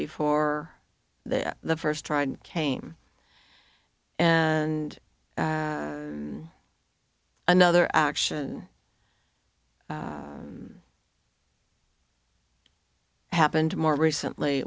before that the first tried came and another action happened more recently